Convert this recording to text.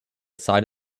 side